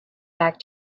back